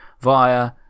via